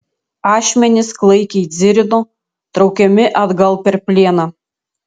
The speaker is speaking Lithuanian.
ašmenys klaikiai dzirino traukiami atgal per plieną